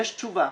יש תשובה,